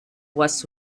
was